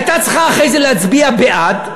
הייתה צריכה אחרי זה להצביע בעד,